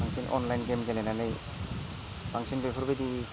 बांसिन online game गेलेनानै बांसिन बेफोरबायदि